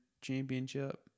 Championship